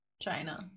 China